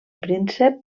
príncep